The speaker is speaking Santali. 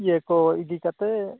ᱤᱭᱟᱹ ᱠᱚ ᱤᱫᱤ ᱠᱟᱛᱮ